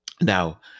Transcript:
Now